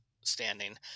standing